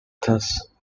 thus